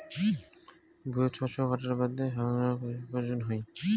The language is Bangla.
ভুঁইয়ত শস্য কাটার বাদে হাতওয়ালা কাঁচির প্রয়োজন হই